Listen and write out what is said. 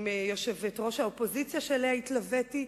יושבת-ראש האופוזיציה, שאליה התלוויתי,